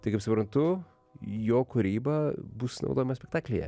tai kaip suprantu jo kūryba bus naudojama spektaklyje